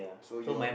so your